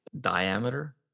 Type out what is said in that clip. Diameter